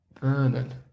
Vernon